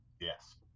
Yes